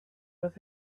with